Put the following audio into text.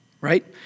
right